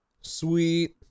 Sweet